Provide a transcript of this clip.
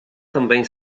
também